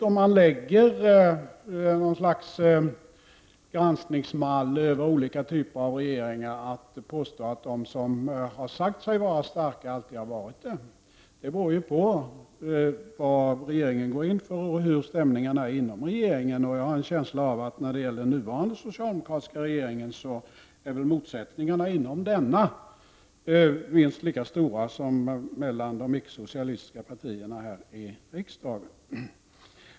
Om man lägger något slag av granskningsmall över olika typer av regeringar finner man att det är en myt att de regeringar som har sagt sig vara starka alltid har varit det. Det har att göra med vilka frågor regeringen ger sig i kast med och hur stämningarna är inom regeringen. Jag har en känsla av att motsättningarna inom den nuvarande regeringen är minst lika stora som de är mellan de icke socialistiska partierna här i riksdagen.